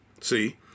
See